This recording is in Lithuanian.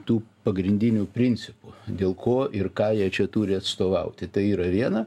tų pagrindinių principų dėl ko ir ką jie čia turi atstovauti tai yra viena